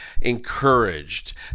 encouraged